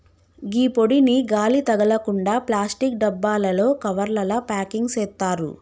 గీ పొడిని గాలి తగలకుండ ప్లాస్టిక్ డబ్బాలలో, కవర్లల ప్యాకింగ్ సేత్తారు